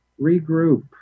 Regroup